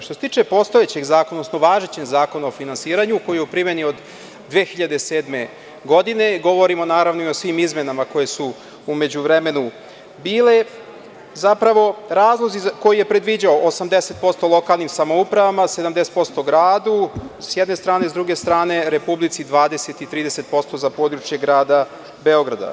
Što se tiče postojećeg zakona, odnosno važećeg Zakona o finansiranju, koji je u primeni od 2007. godine, govorim naravno i o svim izmenama koje su u međuvremenu bile, koji je predviđao 80% lokalnim samoupravama, a 70% gradu s jedne strane, a s druge strane Republici 20 i 30% za područje grada Beograda.